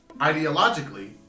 ideologically